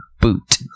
boot